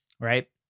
right